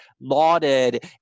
lauded